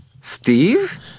Steve